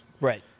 Right